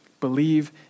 believe